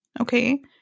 Okay